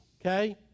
okay